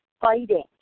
fighting